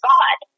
God